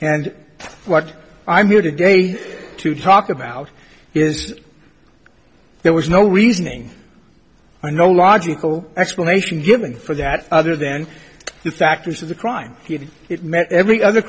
and what i'm here today to talk about is there was no reasoning or no logical explanation given for that other than the factors of the crime he did it met every other